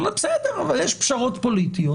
אבל יש פשרות פוליטיות.